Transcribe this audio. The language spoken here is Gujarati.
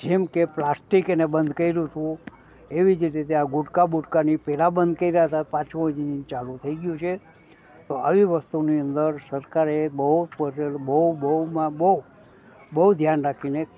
જેમકે પ્લાસ્ટિકને બંધ કર્યું હતું એવી જ રીતે આ ગુટકા બુટકાની પહેલા બંધ કર્યા હતા પાછું એ જ ચાલુ થઈ ગયું છે તો આવી વસ્તુની અંદર સરકારે બહુ બહુ બહુમાં બહુ બહુ ધ્યાનમાં રાખીને